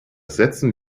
setzen